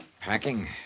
Packing